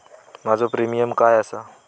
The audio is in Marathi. माझो प्रीमियम काय आसा?